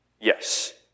Yes